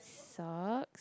socks